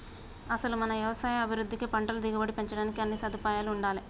అసలు మన యవసాయ అభివృద్ధికి పంటల దిగుబడి పెంచడానికి అన్నీ సదుపాయాలూ ఉండాలే